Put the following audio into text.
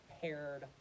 paired